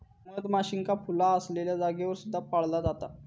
मधमाशींका फुला असलेल्या जागेवर सुद्धा पाळला जाता